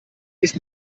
ist